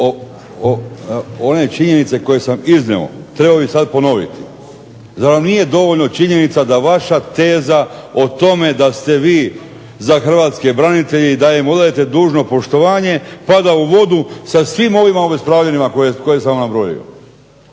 one činjenice koje sam iznio trebao bih sad ponoviti. Zar vam nije dovoljno činjenica da vaša teza o tome da ste vi za hrvatske branitelje i da im odajete dužno poštovanje pada u vodu sa svim ovim obespravljenima koje sam vam nabrojao.